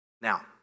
Now